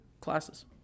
classes